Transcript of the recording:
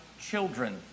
children